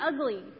ugly